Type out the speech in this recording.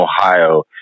Ohio